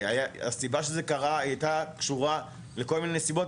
והסיבה שזה קרה הייתה קשורה לכל מיני סיבות,